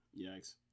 Yikes